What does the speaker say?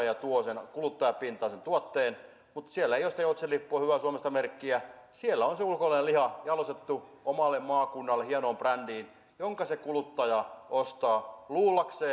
ja tuovat kuluttajapintaan sen tuotteen mutta siellä ei ole sitten joutsenlippua hyvää suomesta merkkiä siellä on se ulkolainen liha jalostettu omassa maakunnassa hienoon brändiin ja sen kuluttaja ostaa kun luulee